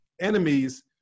enemies